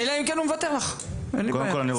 אלא אם כן הוא מוותר לך, ואין לי בעיה.